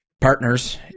partners